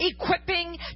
equipping